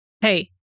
Hey